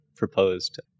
Proposed